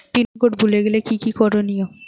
Pin code ভুলে গেলে কি কি করনিয়?